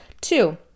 Two